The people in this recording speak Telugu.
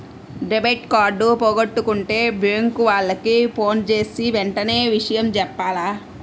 డెబిట్ కార్డు పోగొట్టుకుంటే బ్యేంకు వాళ్లకి ఫోన్జేసి వెంటనే విషయం జెప్పాల